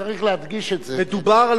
מדובר על מוצרי היסוד.